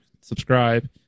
subscribe